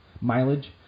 mileage